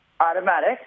automatic